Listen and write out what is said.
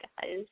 guys